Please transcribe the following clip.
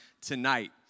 tonight